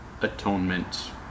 atonement